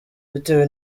bitewe